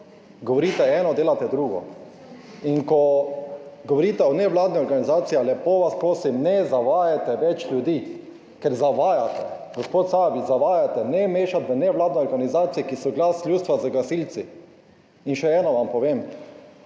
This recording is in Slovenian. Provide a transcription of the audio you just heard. govorite eno, delate drugo. In ko govorite o nevladnih organizacijah, lepo vas prosim, ne zavajajte več ljudi. Ker zavajate! Gospod Sajovic, zavajate. Ne mešati nevladnih organizacij, ki so glas ljudstva, z gasilci! In še eno vam povem.